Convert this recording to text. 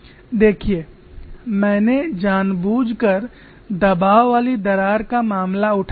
देखिए मैंने जानबूझकर दबाव वाली दरार का मामला उठाया है